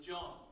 John